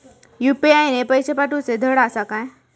UPI ने पैशे पाठवूचे धड आसा काय?